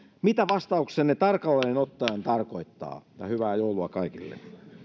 mitä vastauksenne tarkalleen ottaen tarkoittaa ja hyvää joulua kaikille